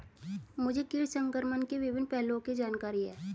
मुझे कीट संक्रमण के विभिन्न पहलुओं की जानकारी है